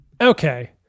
Okay